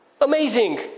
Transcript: amazing